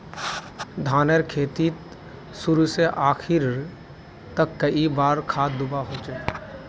धानेर खेतीत शुरू से आखरी तक कई बार खाद दुबा होचए?